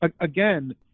again